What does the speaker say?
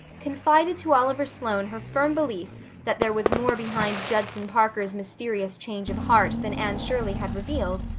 confided to oliver sloane her firm belief that there was more behind judson parker's mysterious change of heart than anne shirley had revealed,